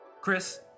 chris